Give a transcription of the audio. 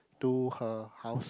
to her house